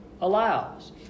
allows